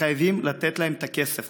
חייבים לתת להם את הכסף.